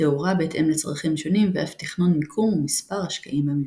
תאורה בהתאם לצרכים שונים ואף תכנון מיקום ומספר השקעים במבנה.